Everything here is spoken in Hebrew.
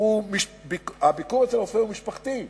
הוא משפחתי,